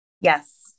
Yes